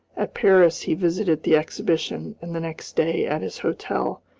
at paris he visited the exhibition, and the next day, at his hotel,